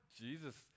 Jesus